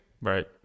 right